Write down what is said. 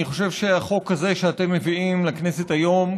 אני חושב שהחוק הזה שאתם מביאים לכנסת היום,